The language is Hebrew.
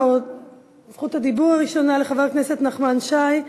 הראשונה, לחבר הכנסת נחמן שי.